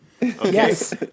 Yes